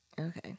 Okay